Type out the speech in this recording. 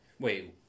Wait